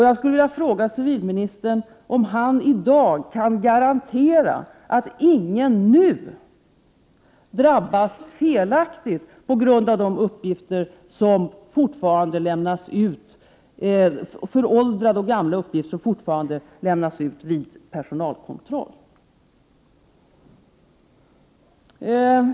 Jag skulle vilja fråga civilministern om han i dag kan garantera att ingen nu drabbas felaktigt på grund av de gamla uppgifter som fortfarande lämnas ut vid personalkontroll.